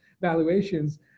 valuations